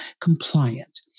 compliant